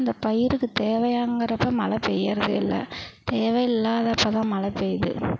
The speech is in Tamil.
அந்த பயிருக்குத் தேவையாங்கிறப்ப மழை பெய்கிறதே இல்ல தேவையில்லாதப்ப தான் மழை பெய்து